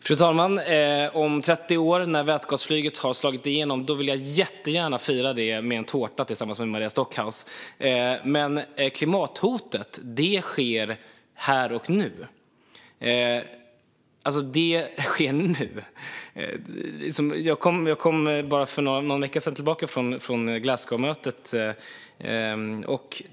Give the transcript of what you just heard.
Fru talman! Om 30 år när vätgasflyget har slagit igenom vill jag jättegärna fira det med en tårta tillsammans med Maria Stockhaus. Men klimathotet är här och nu. Jag kom bara för någon vecka sedan tillbaka från Glasgowmötet.